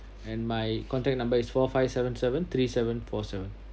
and my contact number is four five seven seven three seven four seven